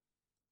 סליחה.